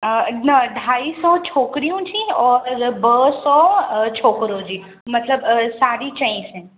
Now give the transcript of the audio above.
न अढाई सौ छोकिरियूं जी और ॿ सौ छोकिरो जी मतिलबु साढी चईं सैं